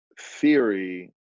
theory